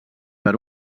per